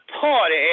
party